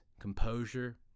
composure